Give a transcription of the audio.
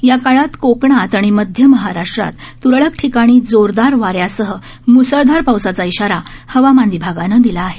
या काळात कोकणात आणि मध्य महाराष्ट्रात त्रळक ठिकाणी जोरदार वाऱ्यासह म्सळधार पावसाचा इशारा हवामान विभागानं दिला आहे